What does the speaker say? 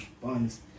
Buns